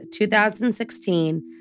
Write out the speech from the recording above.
2016